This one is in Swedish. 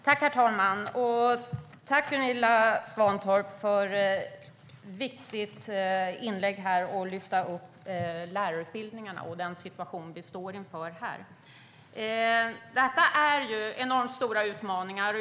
Herr talman! Tack, Gunilla Svantorp, för ditt viktiga inlägg där du lyfte upp den situation vi står inför med lärarutbildningarna! Det finns enormt stora utmaningar.